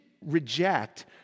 reject